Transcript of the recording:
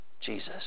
Jesus